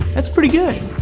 that's pretty good.